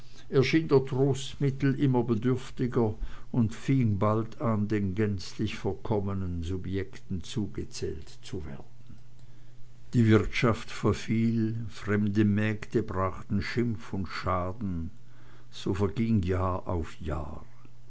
der trostmittel immer bedürftiger und fing bald an den gänzlich verkommenen subjekten zugezählt zu werden die wirtschaft verfiel fremde mägde brachten schimpf und schaden so verging jahr auf jahr